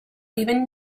even